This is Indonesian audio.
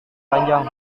panjang